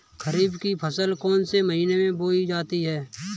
खरीफ की फसल कौन से महीने में बोई जाती है?